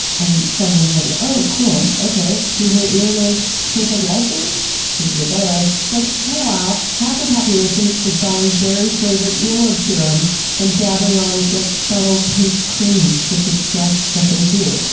and someone was like, yeah oh cool, okay. do her earlobes taste like raspberries? because they better! like meanwhile, half the population is buying berry flavored earlobe serums and dabbing on, like, subtle pink creams to suggest that they do.